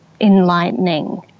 enlightening